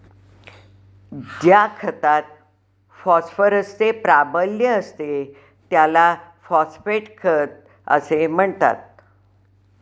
ज्या खतात फॉस्फरसचे प्राबल्य असते त्याला फॉस्फेट खत असे म्हणतात